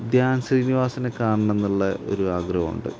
ധ്യാൻ ശ്രീനിവാസനെ കാണണമെന്നുള്ള ഒരു ആഗ്രഹം ഉണ്ട്